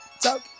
talk